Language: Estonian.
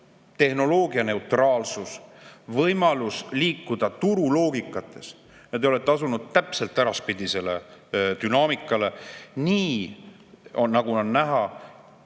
tehnoloogianeutraalsus, võimalus liikuda turu loogikas. Aga te olete asunud täpselt äraspidisele dünaamikale, nii nagu on näha